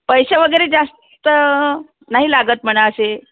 पैसे वगैरे जास्त नाही लागत म्हणा असे